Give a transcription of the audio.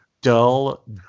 dull